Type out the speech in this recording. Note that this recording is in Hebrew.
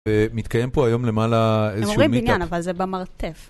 ומתקיים פה היום למעלה איזשהו meetup. הם אומרים בניין אבל זה במרתף.